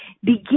begin